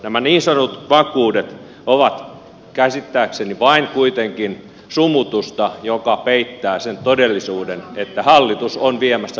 nämä niin sanotut vakuudet ovat käsittääkseni kuitenkin vain sumutusta joka peittää sen todellisuuden että hallitus on viemässä meitä liittovaltioon